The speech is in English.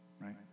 right